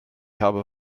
habe